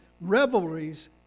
revelries